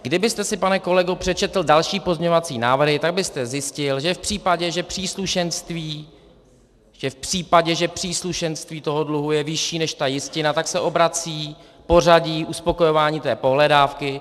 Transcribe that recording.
Kdybyste si, pane kolego, přečetl další pozměňovací návrhy, tak byste zjistil, že v případě, že příslušenství... že v případě, že příslušenství toho dluhu je vyšší než jistina, tak se obrací pořadí uspokojování pohledávky.